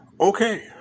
Okay